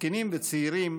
זקנים וצעירים,